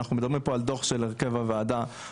תראו מה כתבו בהמלצה המצ'וקמקת של הוועדה הזאת.